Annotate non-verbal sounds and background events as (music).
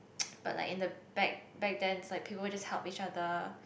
(noise) but like in the back back then it's like people would just help each other